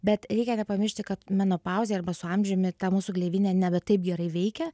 bet reikia nepamiršti kad menopauzė arba su amžiumi ta mūsų gleivinė nebe taip gerai veikia